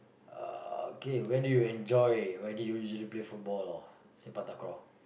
uh okay where do you enjoy where do you usually play football or sepak-takraw